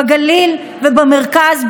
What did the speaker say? בגליל ובמרכז,